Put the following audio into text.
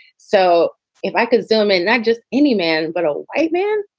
so if i can zoom in, not just any man, but a white man